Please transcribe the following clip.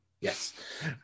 Yes